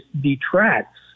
detracts